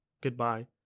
Goodbye